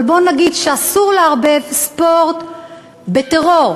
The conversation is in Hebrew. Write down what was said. אבל בוא נגיד שאסור לערבב ספורט בטרור.